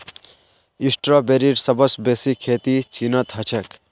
स्ट्रॉबेरीर सबस बेसी खेती चीनत ह छेक